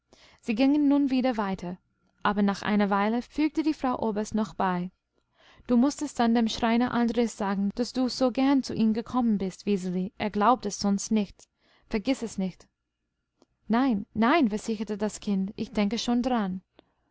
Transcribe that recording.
sie gingen nun wieder weiter aber nach einer weile fügte die frau oberst noch bei du mußt es dann dem schreiner andres sagen daß du so gern zu ihm gekommen bist wiseli er glaubt es sonst nicht vergiß es nicht nein nein versicherte das kind ich denke schon daran